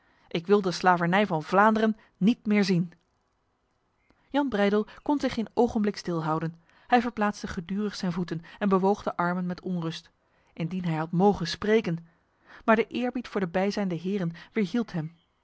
ik wil de slavernij van vlaanderen niet meer zien jan breydel kon zich geen ogenblik stilhouden hij verplaatste gedurig zijn voeten en bewoog de armen met onrust indien hij had mogen spreken maar de eerbied voor de bijzijnde heren weerhield hem